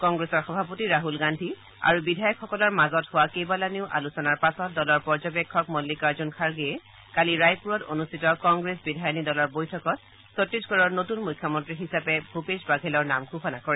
কংগ্ৰেছৰ সভাপতি ৰাহুল গান্ধী আৰু বিধায়কসকলৰ মাজত হোৱা কেইবালানিও আলোচনাৰ পাছত দলৰ পৰ্যবেক্ষক মল্লিকাৰ্জুন খাৰ্গেয়ে কালি ৰায়পূৰত অনুষ্ঠিত কংগ্ৰেছ বিধায়িনী দলৰ বৈঠকত ছত্তিশগড়ৰ নতুন মুখ্যমন্ত্ৰী হিচাপে ভূপেশ বাঘেলৰ নাম ঘোষণা কৰে